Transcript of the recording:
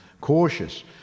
cautious